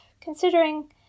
considering